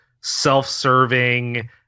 self-serving